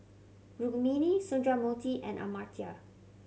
Rukmini Sundramoorthy and Amartya